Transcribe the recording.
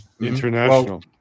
International